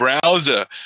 browser